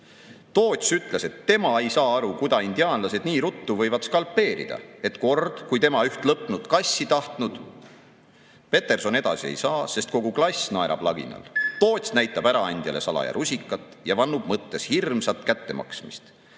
ütles, et tema ei saa aru, kudas indiaanlased nii ruttu võivad skalpeerida; et kord, kui tema üht lõpnud kassi tahtnud …"Peterson edasi ei saa, sest kogu klass naerab laginal. Toots näitab äraandjale salaja rusikat ja vannub mõttes hirmsat kättemaksmist.